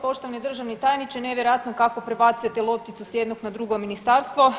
Poštovani državni tajniče, nevjerojatno kako prebacujete lopticu s jednog na drugo ministarstvo.